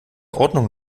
ordnung